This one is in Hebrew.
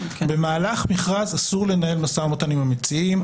במהלך מכרז אסור לנהל משא ומתן עם המציעים,